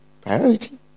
Priority